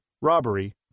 robbery